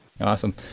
Awesome